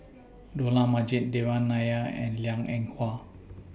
Dollah Majid Devan Nair and Liang Eng Hwa